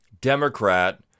Democrat